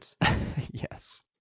Yes